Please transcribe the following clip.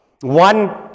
One